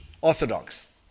Orthodox